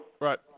Right